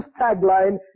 tagline